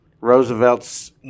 Roosevelt's